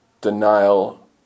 denial